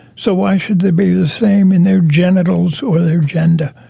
so why should they be the same in their genitals or their gender?